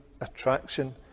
attraction